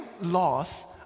lost